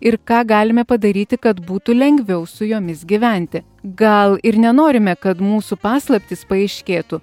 ir ką galime padaryti kad būtų lengviau su jomis gyventi gal ir nenorime kad mūsų paslaptys paaiškėtų